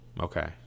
okay